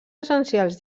essencials